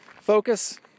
focus